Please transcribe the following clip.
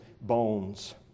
bones